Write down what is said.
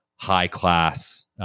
high-class